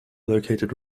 located